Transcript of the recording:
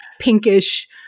pinkish